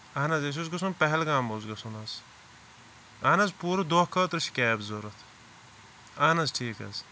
اہن حظ اَسہِ اوس گژھُن پہلگام اوس گژھُن حظ اہن حظ پوٗرٕ دۄہ خٲطرٕ چھِ کیب ضروٗرت اَہن حظ ٹھیٖک حظ